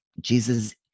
Jesus